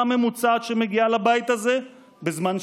הממוצעת שמגיעה לבית הזה בזמן שגרה,